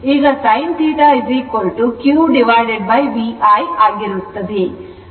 ಈಗ sin θ QVI ಆಗಿರುತ್ತದೆ